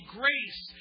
grace